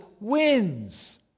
wins